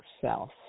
self